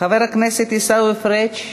חבר הכנסת עיסאווי פריג'